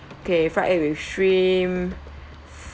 okay fried egg with shrimp